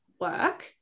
work